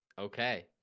Okay